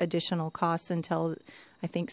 additional costs until i think